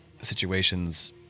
Situations